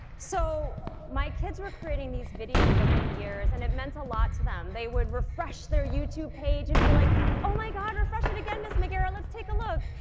so my kids were creating these videos over the years and it meant a lot to them, they would refresh their youtube page and be like oh my god refresh it again ms. magiera, let's take a look!